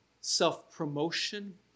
self-promotion